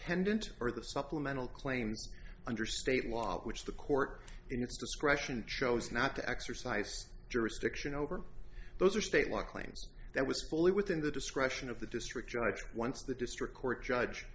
pendant or the supplemental claims under state law which the court in use discretion chose not to exercise jurisdiction over those or state law claims that was fully within the discretion of the district judge once the district court judge